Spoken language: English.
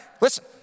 listen